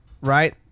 right